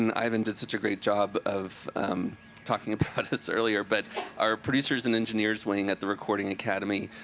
and ivan did such a great job of talking about this earlier. but our producers and engineers wing at the recording academy,